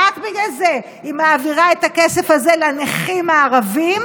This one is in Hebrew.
רק בגלל זה היא מעבירה את הכסף הזה לנכים הערבים,